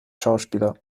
schauspieler